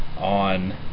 On